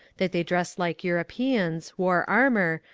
that they dressed like europeans, wore armour,